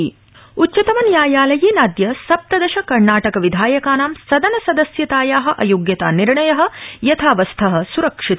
शीर्षन्यायालय उच्चतमन्यायालयेनाद्य सप्तदश कर्णाटक विधायकानां सदन सदस्यताया अयोग्यता निर्णय यथावस्थ स्रक्षित